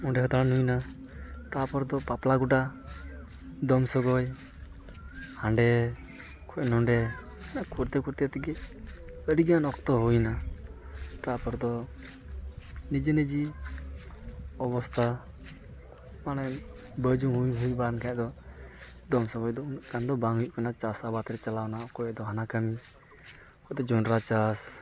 ᱚᱸᱰᱮ ᱦᱚᱸ ᱫᱟᱲᱟᱱ ᱦᱩᱭᱮᱱᱟ ᱛᱟᱨᱯᱚᱨ ᱫᱚ ᱵᱟᱯᱞᱟ ᱜᱚᱰᱟ ᱫᱚᱝ ᱥᱚᱜᱚᱭ ᱦᱟᱸᱰᱮ ᱠᱷᱚᱡ ᱱᱚᱸᱰᱮ ᱠᱚᱨᱛᱮ ᱠᱚᱨᱛᱮ ᱛᱮᱜᱮ ᱟᱹᱰᱤᱜᱟᱱ ᱚᱠᱛᱚ ᱦᱩᱭᱮᱱᱟ ᱛᱟᱯᱚᱨ ᱫᱚ ᱱᱤᱡᱮ ᱱᱤᱡᱮ ᱚᱵᱚᱥᱛᱟ ᱢᱟᱱᱮ ᱵᱟᱡᱩ ᱦᱩᱭ ᱦᱩᱭ ᱵᱟᱲᱟᱭᱮᱱ ᱠᱷᱟᱡ ᱫᱚ ᱫᱚᱝ ᱥᱚᱜᱚᱭ ᱫᱚ ᱩᱱᱟᱹᱜ ᱜᱟᱱ ᱫᱚ ᱵᱟᱝ ᱦᱩᱭᱩᱜ ᱠᱟᱱᱟ ᱪᱟᱥ ᱟᱵᱟᱫ ᱨᱮ ᱪᱟᱞᱟᱣ ᱮᱱᱟ ᱚᱠᱚᱭ ᱫᱚ ᱦᱟᱱᱟ ᱠᱟᱹᱢᱤ ᱚᱠᱚᱭ ᱫᱚ ᱡᱚᱸᱰᱨᱟ ᱪᱟᱥ